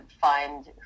find